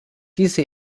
diese